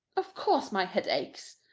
of course my head aches.